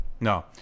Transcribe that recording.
No